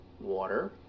water